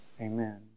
Amen